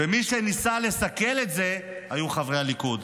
ומי שניסו לסכל את זה היו חברי הליכוד.